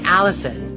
Allison